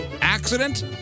Accident